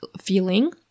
feeling